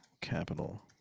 Capital